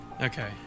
Okay